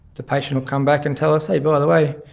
the patient will come back and tell us, hey, by the way,